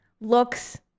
looks